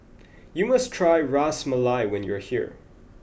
you must try Ras Malai when you are here